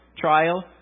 trial